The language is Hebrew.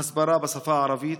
הסברה בשפה הערבית?